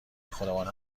خودمان